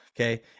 Okay